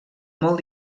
molt